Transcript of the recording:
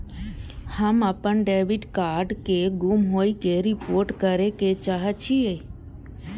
हम अपन debit card के गुम होय के रिपोर्ट करे के चाहि छी